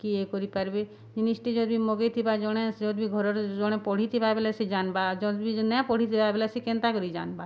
କିଏ କରିପାରିବେ ଜିନିଷ୍ଟି ଯଦି ମଗାଇଥିବା ଜଣେ ଯଦି ଘରରେ ଜଣେ ପଢ଼ିଥିବା ବେଲେ ସେ ଜାନବା ଯଦି ନେ ପଢ଼ିଥିବା ବେଲେ ସେ କେନ୍ତା କରିକି ଜାନବା